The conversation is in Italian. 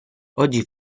oggi